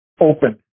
open